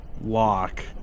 lock